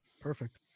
Perfect